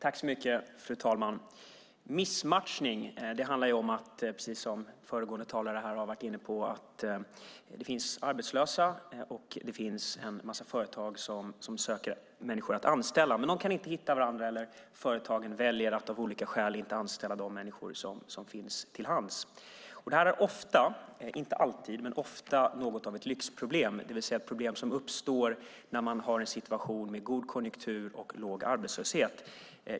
Fru talman! Missmatchning handlar precis som föregående talare har varit inne på om att det finns arbetslösa och det finns en massa företag som söker människor att anställa, men de kan inte hitta varandra eller så väljer företagen av olika skäl att inte anställa de människor som finns till hands. Det här är, inte alltid men ofta, något av ett lyxproblem, det vill säga ett problem som uppstår när man har en situation med god konjunktur och låg arbetslöshet.